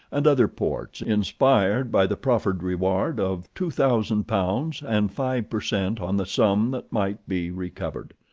and other ports, inspired by the proffered reward of two thousand pounds, and five per cent. on the sum that might be recovered.